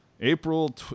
April